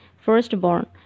firstborn